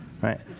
right